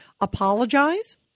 apologize